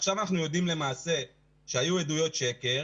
עכשיו אנחנו למעשה יודעים שהיו עדויות שקר,